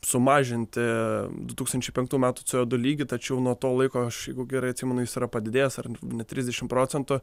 sumažinti du tūkstančiai penktų metų cė o du lygį tačiau nuo to laiko aš jeigu gerai atsimenu jis yra padidėjęs ar ne trisdešimt procentų